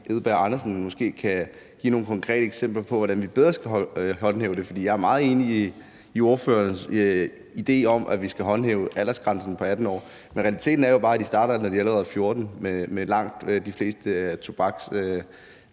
Edberg Andersen kan give nogle konkrete eksempler på, hvordan vi skal håndhæve det bedre. For jeg er meget enig i ordførerens idé om, at vi skal håndhæve aldersgrænsen på 18 år, men realiteten er jo bare, at de starter, allerede når de er 14 år, med langt de fleste af